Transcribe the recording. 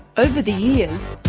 over the years,